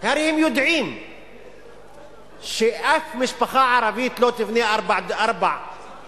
הרי הם יודעים ששום משפחה ערבית לא תבנה ארבע דירות